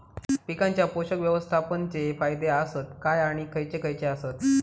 पीकांच्या पोषक व्यवस्थापन चे फायदे आसत काय आणि खैयचे खैयचे आसत?